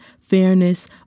fairness